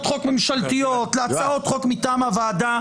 חוק ממשלתיות להצעות חוק מטעם הוועדה